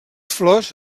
flors